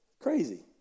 Crazy